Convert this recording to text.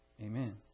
Amen